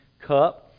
cup